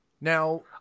Now